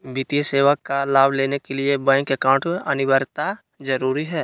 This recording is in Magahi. वित्तीय सेवा का लाभ लेने के लिए बैंक अकाउंट अनिवार्यता जरूरी है?